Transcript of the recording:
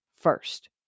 first